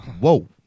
Whoa